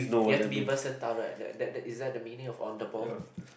you have to be versatile right that that is that the meaning of on the ball